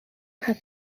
have